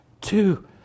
two